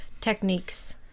techniques